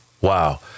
wow